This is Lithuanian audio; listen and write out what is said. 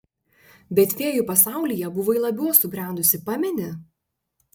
bet fėjų pasaulyje buvai labiau subrendusi pameni